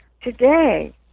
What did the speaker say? today